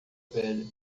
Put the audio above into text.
velha